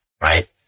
right